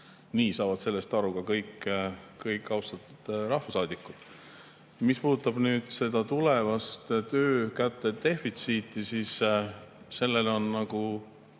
nii saavad sellest aru ka kõik austatud rahvasaadikud. Mis puudutab tulevast töökäte defitsiiti, siis sellele on kaks